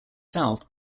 south